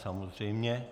Samozřejmě.